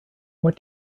what